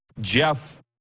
Jeff